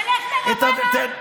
תלך לרמאללה,